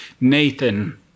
Nathan